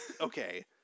Okay